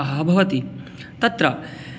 तन्त्रज्ञानं अवश्यं